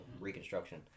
reconstruction